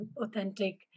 authentic